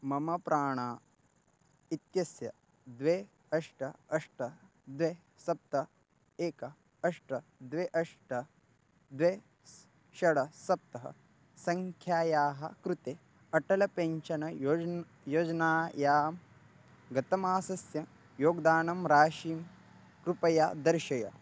मम प्राणा इत्यस्य द्वे अष्ट अष्ट द्वे सप्त एकम् अष्ट द्वे अष्ट द्वे षट् सप्त सङ्ख्यायाः कृते अटल् पेन्शन योजना योजनायां गतमासस्य योगदानराशिं कृपया दर्शय